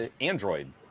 Android